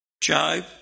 Job